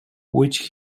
which